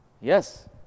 Yes